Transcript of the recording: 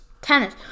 Tennis